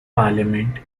parliament